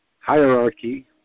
hierarchy